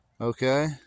Okay